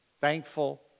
thankful